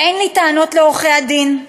ואין לי טענות לעורכי-הדין,